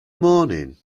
morning